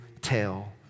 tell